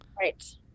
Right